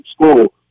school